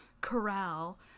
corral